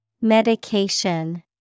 Medication